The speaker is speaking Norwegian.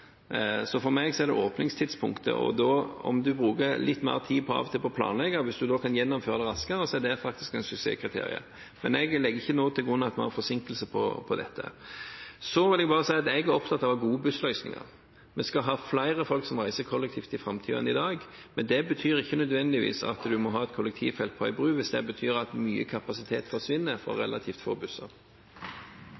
For meg er det åpningtidspunktet som gjelder. Om en da, ved av og til å bruke litt mer tid på å planlegge, kan gjennomføre det raskere, er det faktisk et suksesskriterium. Men jeg legger ikke nå til grunn at vi har forsinkelse på dette. Jeg er opptatt av å ha gode bussløsninger. Vi skal ha flere folk som reiser kollektivt i framtiden enn i dag, men det betyr ikke nødvendigvis at en må ha et kollektivfelt på en bro hvis det betyr at mye kapasitet forsvinner på grunn av relativt få busser. «Ifølge Fædrelandsvennen ligger Stoltenberg-regjeringens vegstandard, vekselvis tre- og tofelts vei, som finansieringsgrunnlag for